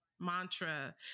mantra